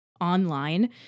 online